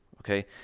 Okay